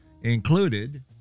included